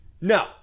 No